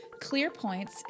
ClearPoints